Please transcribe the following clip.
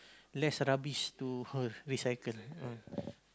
less rubbish to recycle